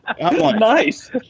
nice